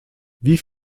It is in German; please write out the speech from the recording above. wie